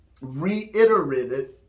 reiterated